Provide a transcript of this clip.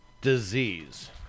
disease